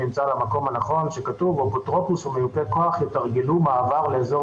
כתוב: "אפוטרופוס או מיופה כוח יתרגלו מעבר לאזור